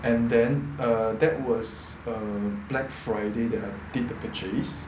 and then uh that was a black friday that I did the purchase